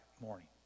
morning